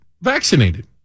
vaccinated